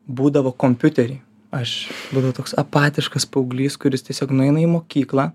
būdavo kompiutery aš buvau toks apatiškas paauglys kuris tiesiog nueina į mokyklą